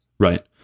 Right